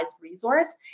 resource